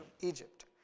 Egypt